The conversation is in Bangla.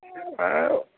হ্যাঁ